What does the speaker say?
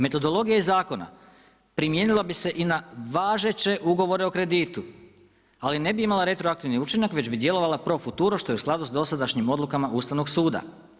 Metodologija iz Zakona primijenila bi se i na važeće ugovore o kreditu ali ne bi imala retroaktivni učinak već bi djelovala pro futuro što je u skladu sa dosadašnjim odlukama Ustavnog suda.